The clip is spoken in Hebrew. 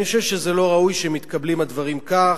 אני חושב שזה לא ראוי שמתקבלים הדברים כך,